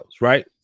Right